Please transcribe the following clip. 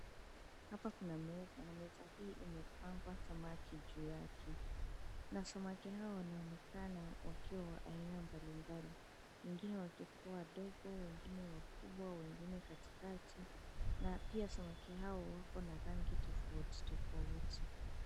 Hapa kuna meza na meza hii imepangwa samaki juu yake na samaki hawa wanaonekana wakiwa wa aina mbalimbali wengine wakiwa wadogo, wengine wakubwa, wengine katikakati na pia samaki hawa wako na rangi tofauti tofauti.